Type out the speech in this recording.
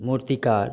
मुर्तिकार